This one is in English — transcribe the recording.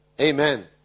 Amen